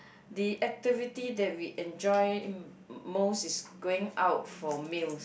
the activity that we enjoy most is going out for meals